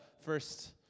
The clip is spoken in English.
first